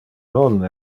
non